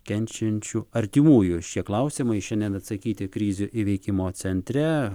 kenčiančių artimųjų šie klausimai šiandien atsakyti krizių įveikimo centre